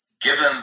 given